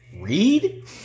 Read